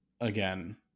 again